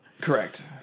Correct